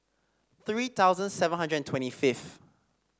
three thousand seven hundred and twenty fifth